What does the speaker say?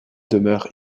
demeurent